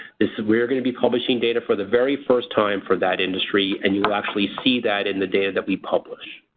this is were going to be publishing data for the very first time for that industry and you actually see that in the data that we publish.